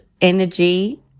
energy